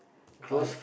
why